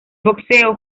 boxeo